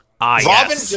Robin